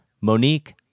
Monique